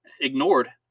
Ignored